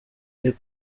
est